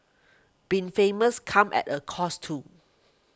being famous comes at a cost too